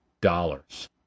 dollars